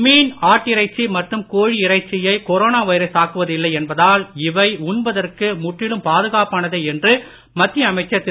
மீன் ஆட்டிறைச்சி மற்றும் கோழி இறைச்சியை கொரோனா வைரஸ் தாக்குவது இல்லை என்பதால் இவை உண்பதற்கு முற்றிலும் பாதுகாப்பானதே என்று மத்திய அமைச்சர் திரு